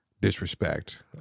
disrespect